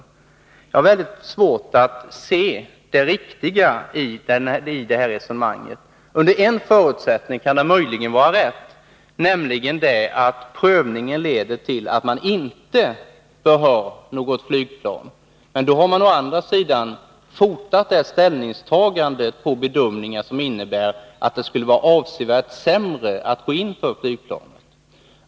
Jag har väldigt svårt att se det riktiga i det resonemanget. Under en förutsättning kan det möjligen vara rätt, nämligen om prövningen leder till att man inte bör ha något flygplan. Men då har man å andra sidan fotat det ställningstagandet på bedömningar som innebär att det skulle vara avsevärt sämre att gå in för flygplanet.